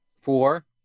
Four